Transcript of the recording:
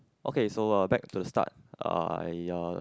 okay so uh back to the start I uh